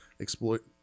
exploit